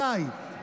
עליי.